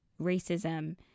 racism